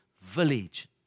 village